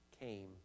came